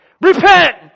repent